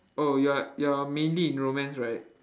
oh you're you're mainly in romance right